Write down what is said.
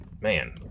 man